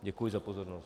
Děkuji za pozornost.